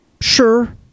Sure